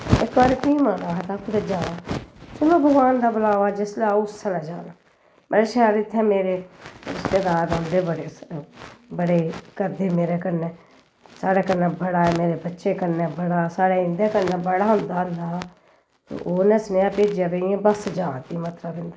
इक बारी भी मन आखदा कुदै जाना चलो भगवान दा बुलावा जिसलै औग उसलै जाना बड़े शैल इत्थें मेरे रिश्तेदार रौहंदे बड़े बड़े करदे मेरे कन्नै साढ़े कन्नै बड़ा इ'नें बच्चे कन्नै बड़ा साढ़े इंदे कन्नै बड़ा होंदा रौहंदा हा ते उ'नें सनेहा भेजेआ कि भई इं'या बस्स जा दी मथरा वृंदावन